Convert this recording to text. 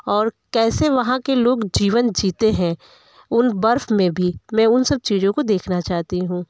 और कैसे वहाँ के लोग जीवन जीते हैं उन बर्फ में भी मैं उन सब चीज़ों को देखना चाहती हूँ